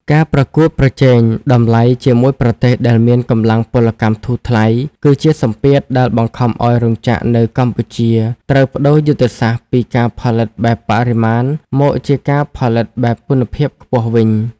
ការប្រកួតប្រជែងតម្លៃជាមួយប្រទេសដែលមានកម្លាំងពលកម្មធូរថ្លៃ គឺជាសម្ពាធដែលបង្ខំឱ្យរោងចក្រនៅកម្ពុជាត្រូវប្ដូរយុទ្ធសាស្ត្រពីការផលិតបែបបរិមាណ មកជាការផលិតបែបគុណភាពខ្ពស់វិញ។